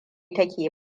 take